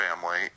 family